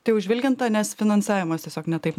tai užvilkinta nes finansavimas tiesiog ne taip